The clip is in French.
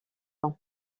ans